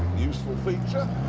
useful feature.